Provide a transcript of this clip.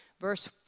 Verse